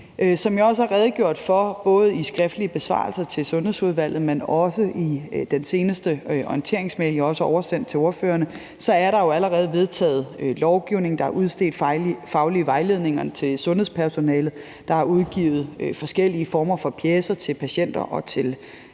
Som jeg også har redegjort for, både i skriftlige besvarelser til Sundhedsudvalget, men også i den seneste orienteringsmail, jeg har oversendt til ordførerne, er der jo allerede vedtaget lovgivning; der er udstedt faglige vejledninger til sundhedspersonalet; der er udgivet forskellige former for pjecer til patienter og til